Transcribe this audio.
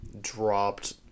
dropped